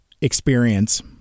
experience